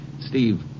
Steve